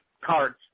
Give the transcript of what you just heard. cards